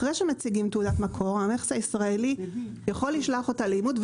אחרי שמציגים תעודת מקור המכס הישראלי יכול לשלוח אותה לאימות.